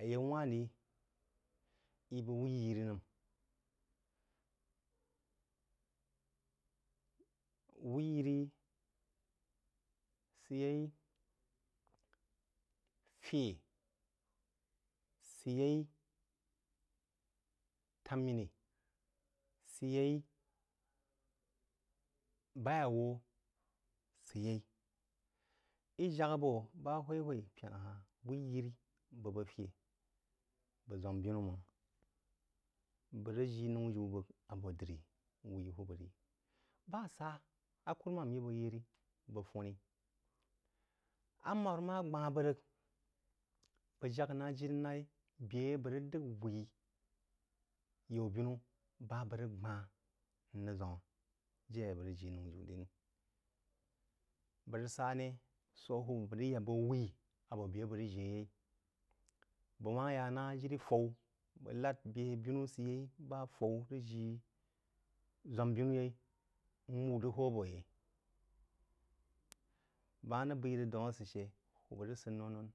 Ayau wah rí yí bəg wuyirí nəm, wuyiri sid yai fyeh sid yai tamini sid yao baí awooh sid yai yi jagha boh bal hoi hoi pyena hah wuyiri bəg-bəg fye bəg zwam biau mang bəg jii nou jin bəg ado dri bəg-bəg ri bah sa a kurumam yi bəg yeri bi fuhni amanu mah gbah bəg rig bəg jag nah jiri naghi bəa a bəg rig dəg whuin yaubinu bah abəg rig gbah mrig gbah jire abəg rig jie noujiu ri nəm bəj rig sɛh nea soo hubbi bəg rig yag wuyi abo bəg abəg rig jie yai bəg rig yag wuyo abo bəg abəg rig jie yai bəg mah ya nah jiri fawu bəg lahd a binu sid yai bah fawu rig jii zwam binu yɛi masua rig hoo bo yai bəg mah rig bəi rig dam a she bəg rig sid non-non